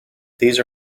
these